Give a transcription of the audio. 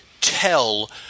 tell